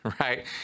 right